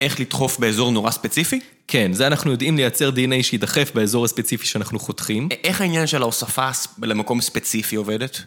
איך לדחוף באזור נורא ספציפי? כן, זה אנחנו יודעים לייצר די.אנ.אי שידחף באזור הספציפי שאנחנו חותכים. איך העניין של ההוספה למקום ספציפי עובדת?